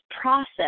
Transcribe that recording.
process